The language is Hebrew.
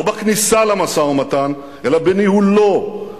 לא בכניסה למשא-ומתן, אלא בניהולו.